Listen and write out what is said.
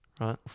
Right